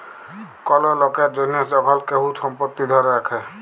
call লকের জনহ যখল কেহু সম্পত্তি ধ্যরে রাখে